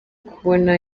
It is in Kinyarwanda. kubona